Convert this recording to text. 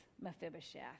Mephibosheth